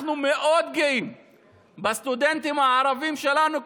אנחנו מאוד גאים בסטודנטים הערבים שלנו,